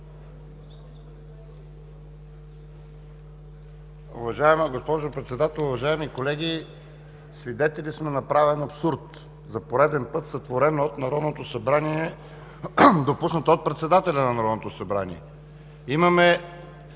Уважаема госпожо Председател, уважаеми колеги! Свидетели сме на правен абсурд за пореден път, сътворен от Народното събрание, допуснат от председателя на Народното събрание. Имаме